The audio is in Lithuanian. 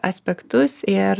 aspektus ir